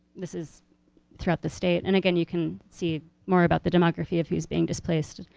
this is throughout the state and again, you can see more about the demography of who's being displaced.